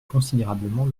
considérablement